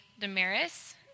Damaris